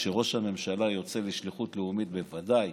כשראש הממשלה יוצא לשליחות לאומית בוודאי